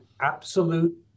absolute